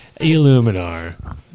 Illuminar